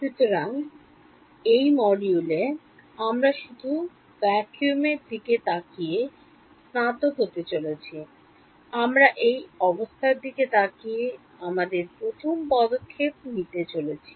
সুতরাং এই মডিউল এ আমরা শুধু vacuum এর দিকে তাকিয়ে স্নাতক হতে চলেছি আমরা সেই অবস্থার দিকে তাকিয়ে আমাদের প্রথম পদক্ষেপ নিতে চলেছি